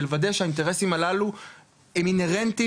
כדי לוודא שהאינטרסים הללו הם אינהרנטיים